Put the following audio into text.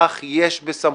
כך יש בסמכותנו,